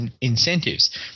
incentives